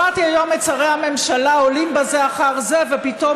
שמעתי היום את שרי הממשלה עולים בזה אחר בזה ופתאום